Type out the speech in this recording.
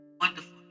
wonderful